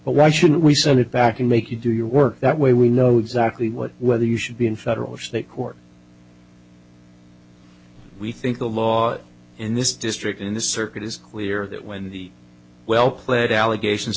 but why should we send it back and make you do your work that way we know exactly what whether you should be in federal or state court we think the law in this district in the circuit is clear that when the well pled allegations